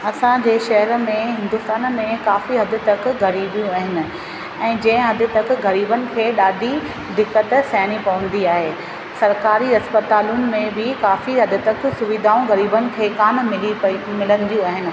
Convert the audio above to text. असांजे शहर में हिंदुस्तान में काफ़ी हद तक ग़रीबियूं आहिन ऐं जंहिं हद तक ग़रीबनि खे ॾाढी दिक़त सहनी पवंदी आहे सरकारी अस्पतालुनि में बि काफ़ी हद तक सुविधाऊं ग़रीबनि खे कान मिली पई मिलंदियूं आहिनि